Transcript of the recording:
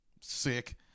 sick